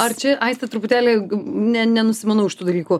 ar čia aiste truputėlį ne nenusimanau iš tų dalykų